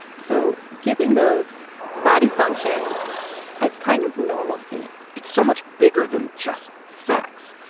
so giving those body functions a kind of normalcy and it's so much bigger than just sex.